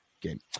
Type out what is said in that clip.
game